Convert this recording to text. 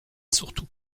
surtout